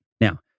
Now